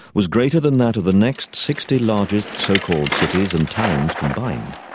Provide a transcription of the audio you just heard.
was greater than that of the next sixty largest so-called cities and towns combined.